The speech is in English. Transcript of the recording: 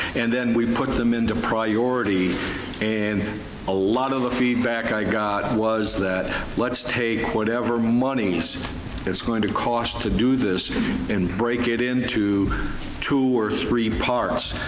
and then we put them into priority and ah lot of the feedback i got was that let's take whatever moneys it's going to cost to do this and break it into two or three parts.